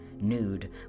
nude